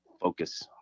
focus